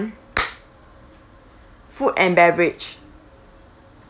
food and beverage